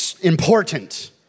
important